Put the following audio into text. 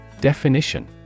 Definition